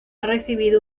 recibido